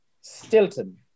Stilton